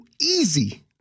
Easy